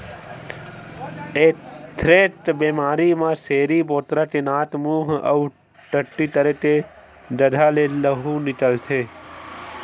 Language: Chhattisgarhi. एंथ्रेक्स बेमारी म छेरी बोकरा के नाक, मूंह अउ टट्टी करे के जघा ले लहू निकलथे